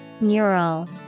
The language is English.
Neural